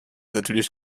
natürlich